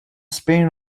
spain